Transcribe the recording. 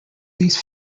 these